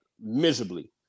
miserably